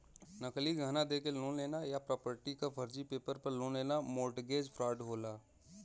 नकली गहना देके लोन लेना या प्रॉपर्टी क फर्जी पेपर पर लेना मोर्टगेज फ्रॉड होला